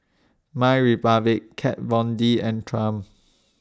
MyRepublic Kat Von D and Triumph